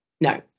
No